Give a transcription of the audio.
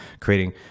creating